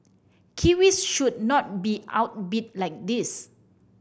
Kiwis should not be outbid like this